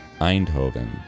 Eindhoven